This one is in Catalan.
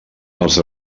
els